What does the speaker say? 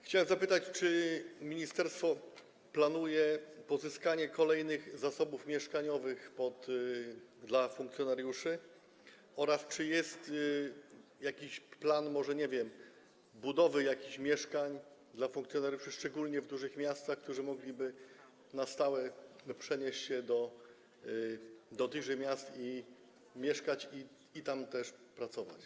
Chciałem zapytać: Czy ministerstwo planuje pozyskanie kolejnych zasobów mieszkaniowych dla funkcjonariuszy oraz czy jest jakiś plan, nie wiem, może budowy jakichś mieszkań dla funkcjonariuszy, szczególnie w dużych miastach, którzy mogliby na stałe przenieść się do dużych miast, mieszkać tam i tam też pracować?